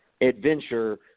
adventure